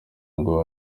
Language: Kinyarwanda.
ngo